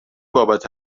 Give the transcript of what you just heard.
بابت